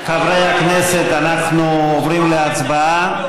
חברי הכנסת, אנחנו עוברים להצבעה.